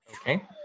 Okay